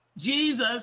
Jesus